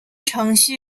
程序